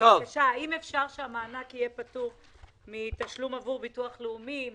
אם אפשר שהמענק יהיה פטור מתשלום עבור ביטוח לאומי,